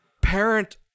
parent